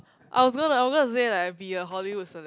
I was gonna I was gonna say like I be a Hollywood celeb